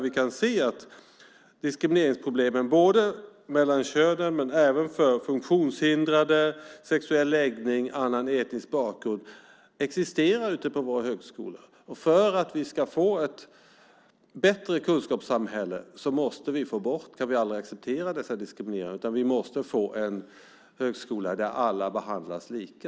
Vi kan se att diskrimineringsproblemen mellan könen men även för funktionshindrade, på grund av sexuell läggning eller annan etnisk bakgrund existerar ute på våra högskolor. För att vi ska få ett bättre kunskapssamhälle måste vi få bort och aldrig acceptera dessa diskrimineringar. Vi måste få en högskola där alla behandlas lika.